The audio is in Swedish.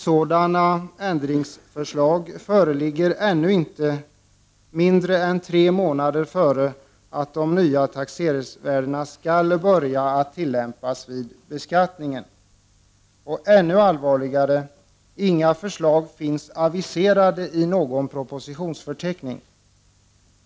Sådana ändringsförslag föreligger ännu inte, mindre än tre månader innan de nya taxeringsvärdena skall börja tillämpas vid beskattningen. Ännu allvarligare är att det inte finns några förslag aviserade i någon propositionsförteckning.